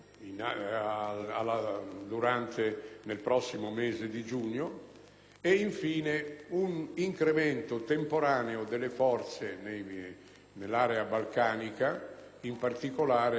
infine un incremento temporaneo delle forze nell'area balcanica, in particolare per quanto riguarda la Bosnia e in parte il Kosovo.